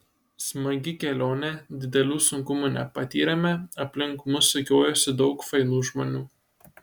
smagi kelionė didelių sunkumų nepatyrėme aplink mus sukiojosi daug fainų žmonių